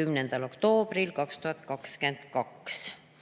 10. oktoobril 2022.